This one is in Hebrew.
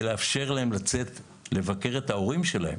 לאפשר להם לצאת לבקר את ההורים שלהם